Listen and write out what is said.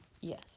Yes